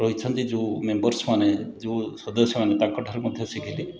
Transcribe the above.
ରହିଛନ୍ତି ଯେଉଁ ମେମ୍ବର୍ସମାନେ ଯେଉଁ ସଦସ୍ୟମାନେ ତାଙ୍କଠାରୁ ମଧ୍ୟ ଶିଖିଲି